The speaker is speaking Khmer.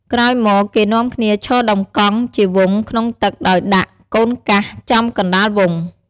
ក្រោយមកគេនាំគ្នាឈរដំកង់ជាវង់ក្នុងទឹក ដោយដាក់ "កូនកាស" ចំកណ្ដាលវង់។